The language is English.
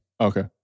Okay